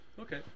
Okay